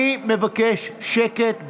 אני מבקש שקט במליאה.